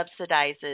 subsidizes